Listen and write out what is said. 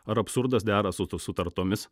ar absurdas dera su ta sutartomis